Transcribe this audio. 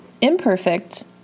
imperfect